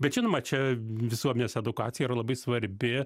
bet žinoma čia visuomenės edukacija yra labai svarbi